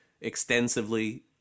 extensively